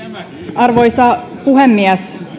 arvoisa puhemies